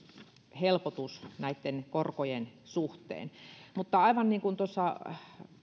helpotus näitten korkojen suhteen aivan niin kuin